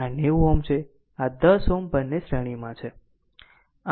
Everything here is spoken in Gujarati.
આ 90 Ω છે અને 10 Ω બંને શ્રેણીમાં છે